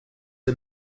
are